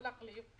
או להחליף,